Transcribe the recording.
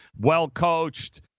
well-coached